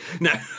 No